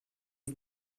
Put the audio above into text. yüz